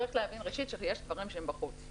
צריך להבין שיש דברים שהם בחוץ,